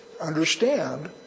understand